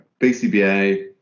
BCBA